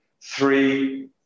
Three